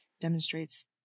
demonstrates